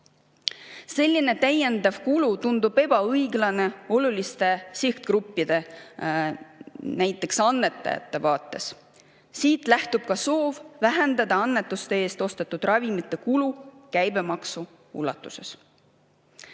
Selline täiendav kulu tundub ebaõiglane oluliste sihtgruppide, näiteks annetajate vaates. Siit lähtub ka soov vähendada annetuste eest ostetud ravimite kulu käibemaksu ulatuses.